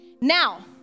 Now